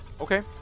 Okay